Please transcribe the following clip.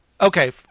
Okay